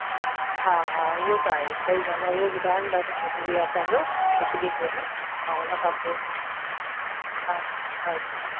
हा हा उहो त आहे सही ॻाल्हि आहे उहो ॿुधाईंण ॾाढो ज़रूरी आहे असांजो हिकु ॾींहं पहिरीं ऐं हुन खां पोइ हा हा